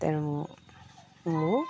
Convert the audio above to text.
ତେଣୁ ମୁଁ